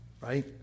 right